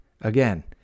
Again